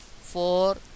four